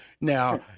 Now